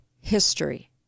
history